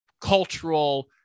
cultural